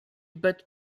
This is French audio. bottes